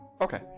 Okay